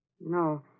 No